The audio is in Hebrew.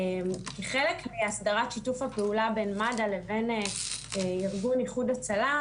חלק מהסדרת שיתוף הפעולה בין מד"א לבין ארגון איחוד הצלה,